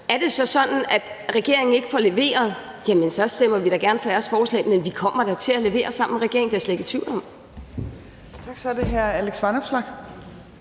Er det så sådan, at regeringen ikke får leveret, jamen så stemmer vi da gerne for jeres forslag. Men vi kommer da til at levere sammen med regeringen, det er jeg slet ikke i tvivl om.